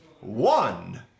one